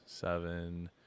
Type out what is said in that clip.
Seven